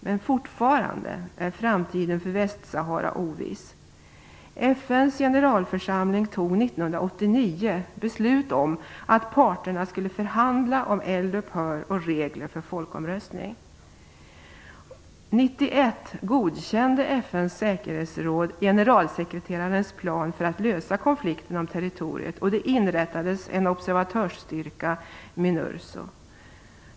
Men fortfarande är framtiden för År 1991 godkände FN:s säkerhetsråd generalsekreterarens plan för att lösa konflikten om territoriet och det inrättades en observatörsstyrka, Minurso.